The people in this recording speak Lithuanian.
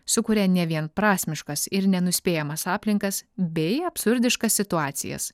sukuria nevienprasmiškas ir nenuspėjamas aplinkas bei absurdiškas situacijas